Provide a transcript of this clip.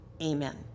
amen